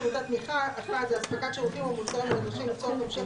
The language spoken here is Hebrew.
שירותי תמיכה (1) אספקת שירותים או מוצרים הנדרשים לצורך המשך